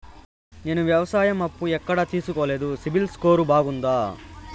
నేను వ్యవసాయం అప్పు ఎక్కడ తీసుకోలేదు, సిబిల్ స్కోరు బాగుందా?